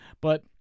But-